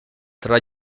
tra